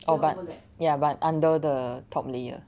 oh but ya but under the top layer